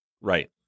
Right